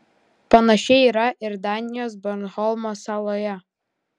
panašiai yra ir danijos bornholmo saloje